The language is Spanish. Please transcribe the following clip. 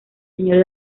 señor